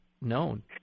known